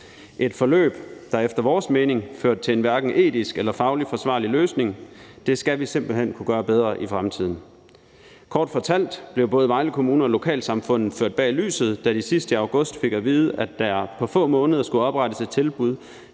et forløb, der efter vores mening førte til en hverken etisk eller fagligt forsvarlig løsning. Det skal vi simpelt hen kunne gøre bedre i fremtiden. Kort fortalt blev både Vejle Kommune og lokalsamfundet ført bag lyset, da de sidst i august fik at vide, at der på få måneder skulle oprettes et tilbud